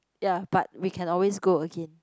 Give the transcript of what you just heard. ya but we can always go again